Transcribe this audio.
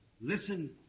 Listen